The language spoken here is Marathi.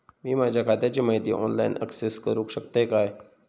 मी माझ्या खात्याची माहिती ऑनलाईन अक्सेस करूक शकतय काय?